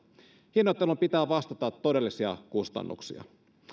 hinnoittelun pitää vastata todellisia kustannuksia